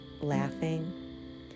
laughing